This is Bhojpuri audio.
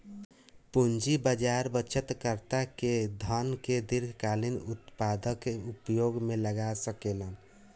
पूंजी बाजार बचतकर्ता के धन के दीर्घकालिक उत्पादक उपयोग में लगा सकेलन